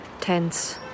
tense